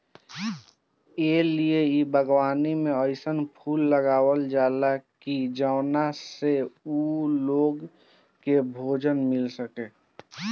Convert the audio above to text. ए लिए इ बागवानी में अइसन फूल लगावल जाला की जवना से उ लोग के भोजन मिल सके